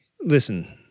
listen